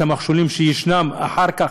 את המכשולים שיש אחר כך,